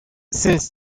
since